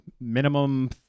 minimum